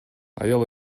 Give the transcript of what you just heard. аял